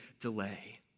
delay